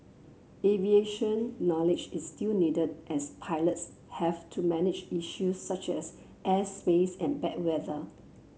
aviation knowledge is still needed as pilots have to manage issues such as airspace and bad weather